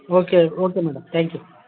okay okay madam thank you